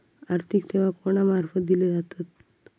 आर्थिक सेवा कोणा मार्फत दिले जातत?